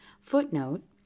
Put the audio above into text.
footnote